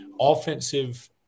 offensive